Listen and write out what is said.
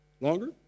Longer